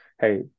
hey